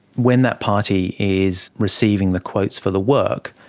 when that party is receiving the quotes for the work,